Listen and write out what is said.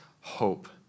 hope